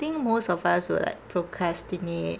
think most of us will like procrastinate